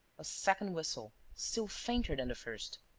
a second whistle, still fainter than the first.